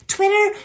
Twitter